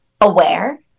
aware